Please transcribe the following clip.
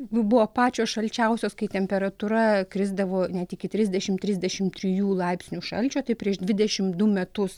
buvo pačios šalčiausios kai temperatūra krisdavo net iki trisdešim trisdešim trijų laipsnių šalčio tai prieš dvidešimt du metus